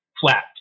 flat